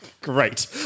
Great